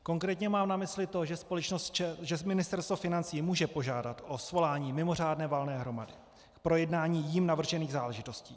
Konkrétně mám na mysli to, že Ministerstvo financí může požádat o svolání mimořádné valné hromady k projednání jím navržených záležitostí.